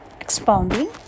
expounding